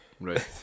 Right